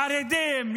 חרדים,